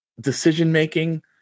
decision-making